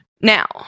now